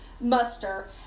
muster